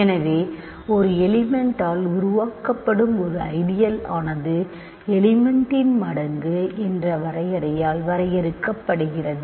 எனவே ஒரு எலிமெண்ட்டால் உருவாக்கப்படும் ஒரு ஐடியல் ஆனது எலிமெண்ட்டின் மடங்கு என்ற வரையறையால் வரையறுக்கப்படுகிறது